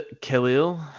Khalil